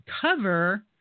cover